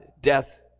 death